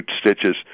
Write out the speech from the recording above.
stitches